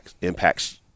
impacts